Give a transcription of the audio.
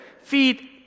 feed